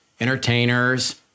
entertainers